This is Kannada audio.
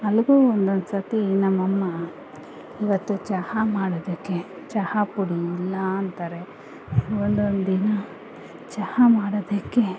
ನನಗೂ ಒಂದೊಂದು ಸರ್ತಿ ನಮ್ಮಮ್ಮ ಇವತ್ತು ಚಹಾ ಮಾಡೋದಕ್ಕೆ ಚಹಾ ಪುಡಿ ಇಲ್ಲ ಅಂತಾರೆ ಒಂದೊಂದು ದಿನ ಚಹಾ ಮಾಡೋದಕ್ಕೆ